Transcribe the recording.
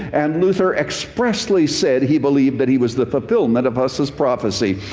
and luther expressly said he believed that he was the fulfillment of hus's prophecy.